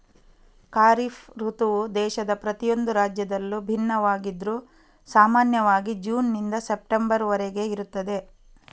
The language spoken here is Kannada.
ಖಾರಿಫ್ ಋತುವು ದೇಶದ ಪ್ರತಿಯೊಂದು ರಾಜ್ಯದಲ್ಲೂ ಭಿನ್ನವಾಗಿದ್ರೂ ಸಾಮಾನ್ಯವಾಗಿ ಜೂನ್ ನಿಂದ ಸೆಪ್ಟೆಂಬರ್ ವರೆಗೆ ಇರುತ್ತದೆ